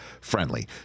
friendly